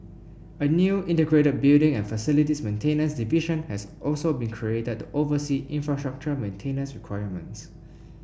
a new integrated building and facilities maintenance division has also been created to oversee infrastructure maintenance requirements